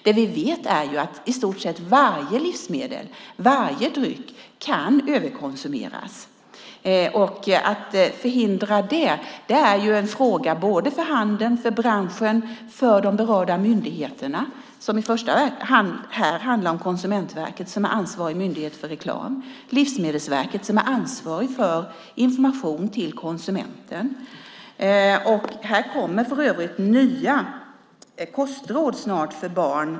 Det vi vet är att i stort sett varje livsmedel och varje dryck kan överkonsumeras. Att förhindra det är en fråga för handeln, branschen och de berörda myndigheterna. Det handlar här i första hand om Konsumentverket, som är ansvarig myndighet för reklam, och Livsmedelsverket, som är ansvarig för information till allmänheten. Här kommer för övrigt snart nya kostråd för barn.